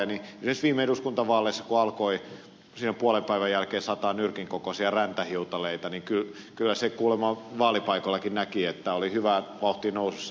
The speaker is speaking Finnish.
esimerkiksi viime eduskuntavaaleissa kun alkoi siinä puolen päivän jälkeen sataa nyrkin kokoisia räntähiutaleita kyllä sen kuulemma vaalipaikoillakin näki että aktiivisuus oli hyvää vauhtia nousussa mutta putosi kokonaan